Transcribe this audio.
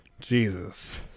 Jesus